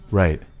right